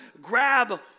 grab